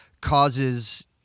causes